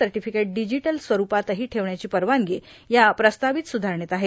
certificate digital स्वरुपातही ठेवण्याची परवानगी या प्रस्तावित सुधारणेत आहे